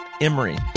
Emory